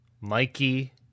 Mikey